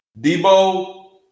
Debo